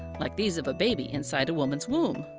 like these of a baby inside a woman's womb.